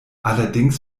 allerdings